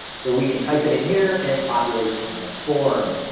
so we can type it in here and it populates in the form.